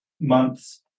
months